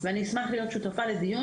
אני אשמח להיות שותפה לדיון,